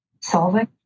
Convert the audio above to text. solving